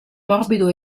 morbido